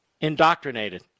indoctrinated